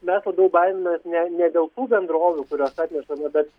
mes labiau baiminamės ne ne dėl tų bendrovių kurios atneša bet